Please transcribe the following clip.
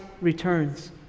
returns